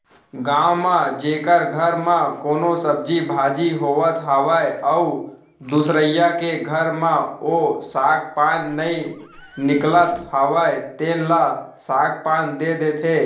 गाँव म जेखर घर म कोनो सब्जी भाजी होवत हावय अउ दुसरइया के घर म ओ साग पान नइ निकलत हावय तेन ल साग पान दे देथे